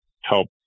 help